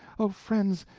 oh friends!